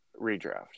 redraft